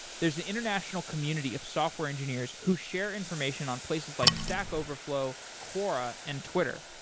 there's the international community of software engineers who share information on places like stack overflow, quora and twitter.